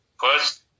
first